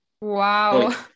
Wow